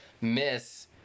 miss